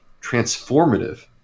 transformative